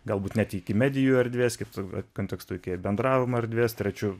galbūt net iki medijų erdvės kitu va kontekstu iki bendravimo erdvės trečiu